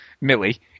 Millie